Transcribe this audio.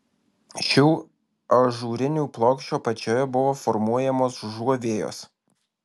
šių ažūrinių plokščių apačioje buvo formuojamos užuovėjos